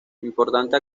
importante